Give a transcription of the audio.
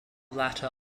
latter